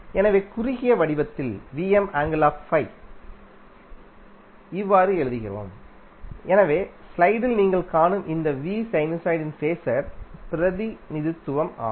எனவே குறுகிய வடிவத்தில் இவ்வாறு எழுதுகிறோம் எனவேஸ்லைடில் நீங்கள் காணும்இந்த சைனூசாய்டின் பேஸர் பிரதிநிதித்துவம் ஆகும்